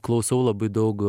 klausau labai daug